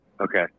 Okay